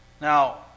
Now